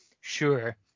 sure